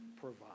provide